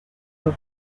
los